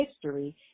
history